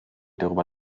darüber